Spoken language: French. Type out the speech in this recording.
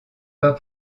pas